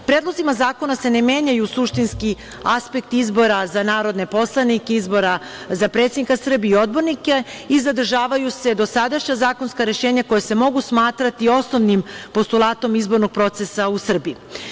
Predlozima zakona se ne menjaju suštinski aspekti izbora za narodne poslanike, izbora za predsednika Srbije i odbornike i zadržavaju se dosadašnja zakonska rešenja koja se mogu smatrati osnovnim postulatom izbornog procesa u Srbiji.